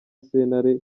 sentare